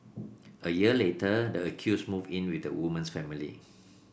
a year later the accused moved in with the woman's family